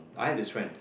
I have this friend